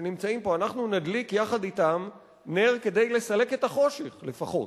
אנחנו נדליק יחד אתם נר כדי לסלק את החושך, לפחות.